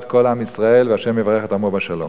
כל עם ישראל והשם יברך את עמו בשלום.